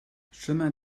chemin